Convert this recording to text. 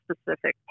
specific